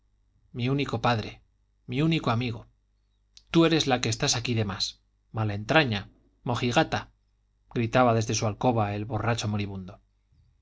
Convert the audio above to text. mi único padre mi único amigo tú eres la que estás aquí de más mala entraña mojigata gritaba desde su alcoba el borracho moribundo